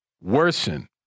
Worsen